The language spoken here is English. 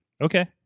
Okay